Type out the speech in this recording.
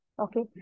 Okay